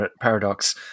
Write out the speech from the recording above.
paradox